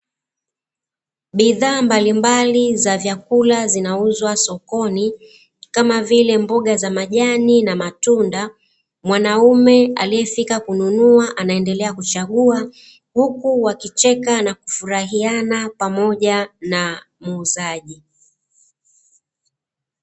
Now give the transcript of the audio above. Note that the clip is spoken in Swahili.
Bidhaa mbalimbali za vyakula zinauzwa sokoni, kama vile mboga za majani, na matunda. Mwanaume aliyefika kununua anaendelea kuchagua, huku wakicheka na kufurahiana pamoja na muuzaji.